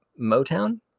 Motown